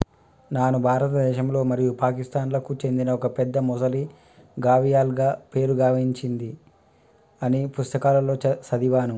నాను భారతదేశంలో మరియు పాకిస్తాన్లకు చెందిన ఒక పెద్ద మొసలి గావియల్గా పేరు గాంచింది అని పుస్తకాలలో సదివాను